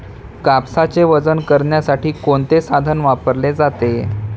कापसाचे वजन करण्यासाठी कोणते साधन वापरले जाते?